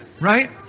right